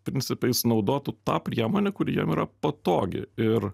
principais naudotų tą priemonę kuri jam yra patogi ir